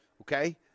okay